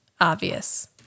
obvious